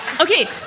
okay